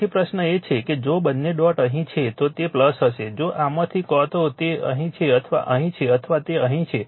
તેથી પ્રશ્ન એ છે કે જો બંને ડોટ અહીં છે તો તે હશે જો આમાંથી કાં તો તે અહીં છે અથવા અહીં છે અથવા તે અહીં છે